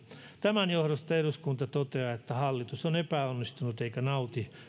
tämän johdosta eduskunta toteaa että hallitus on epäonnistunut eikä nauti